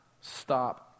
stop